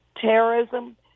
terrorism